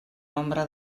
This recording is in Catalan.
nombre